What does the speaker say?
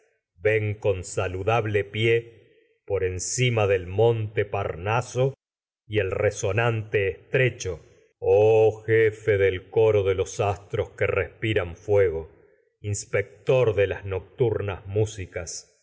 ven con saludable pie por encima del monte parnaso y el resonante estrecho oh jefe del coro de los astros que respiran fuego inspector de las nocturnas músicas